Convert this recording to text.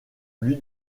lui